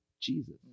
Jesus